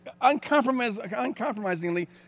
uncompromisingly